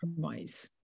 compromise